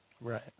Right